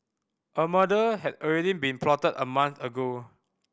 a murder had already been plotted a month ago